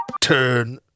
Turn